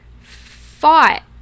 fought